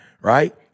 Right